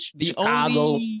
Chicago